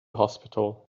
hospital